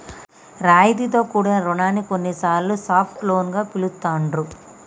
రాయితీతో కూడిన రుణాన్ని కొన్నిసార్లు సాఫ్ట్ లోన్ గా పిలుత్తాండ్రు